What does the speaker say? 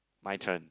my turn